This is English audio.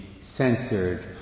censored